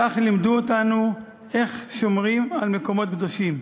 כך לימדו אותנו איך שומרים על מקומות קדושים.